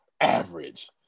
average